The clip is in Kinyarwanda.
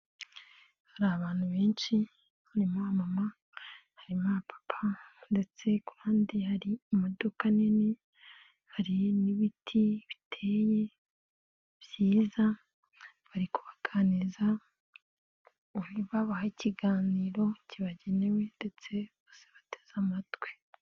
Hari abantu benshi, harimo abamama, harimo abapapa ndetse kandi hari imodokadu nini, hari n'ibiti biteye, byiza, bari kubaganiriza, babaha ikiganiro kibagenewe ndetse bose bateze amatwi.